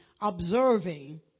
observing